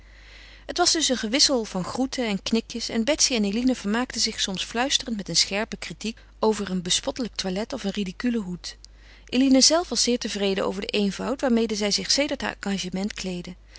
het was dus een gewissel van groeten en knikjes en betsy en eline vermaakten zich soms fluisterend met een scherpe critiek over een bespottelijk toilet of een ridiculen hoed eline zelf was zeer tevreden over den eenvoud waarmede zij zich sedert haar engagement kleedde